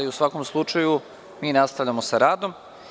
U svakom slučaju, nastavljamo sa radom.